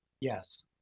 Yes